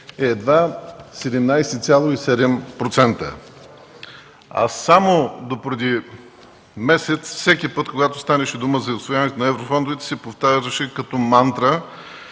е едва 17,7%. Само допреди месец всеки път, когато станеше дума за усвояването на еврофондовете, се повтаряше като мантра,